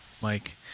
Mike